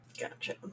Gotcha